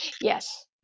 Yes